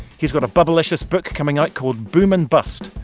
he's got a bubblicious book coming out called boom and bust,